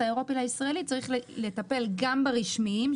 האירופי לישראלי צריך לטפל גם ברשמיים,